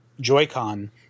Joy-Con